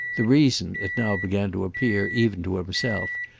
the reason, it now began to appear even to himself,